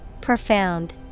Profound